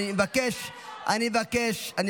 מי זה שדיבר על האמסטל?